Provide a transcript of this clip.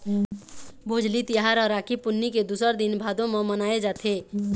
भोजली तिहार ह राखी पुन्नी के दूसर दिन भादो म मनाए जाथे